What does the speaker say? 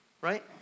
right